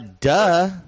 duh